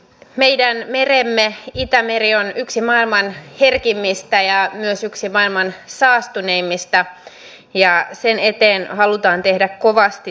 meidän meremme itämeri on yksi maailman herkimmistä ja myös yksi maailman saastuneimmista ja sen eteen halutaan tehdä kovasti töitä